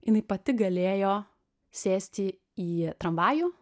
jinai pati galėjo sėsti į tramvajų